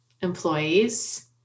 employees